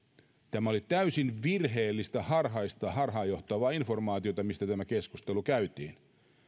tämä oli täysin virheellistä harhaista harhaan johtavaa informaatiota mistä tämä keskustelu käytiin